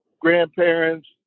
grandparents